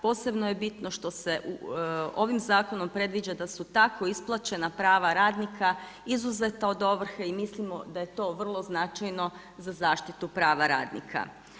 Posebno je bitno što se ovim zakonom predviđa da su tako isplaćena prava radnika izuzeta od ovrhe i mislimo da je to vrlo značajno za zaštitu prava radnika.